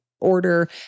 order